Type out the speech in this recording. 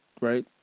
right